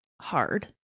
hard